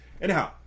Anyhow